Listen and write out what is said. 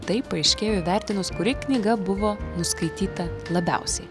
tai paaiškėjo įvertinus kuri knyga buvo nuskaityta labiausiai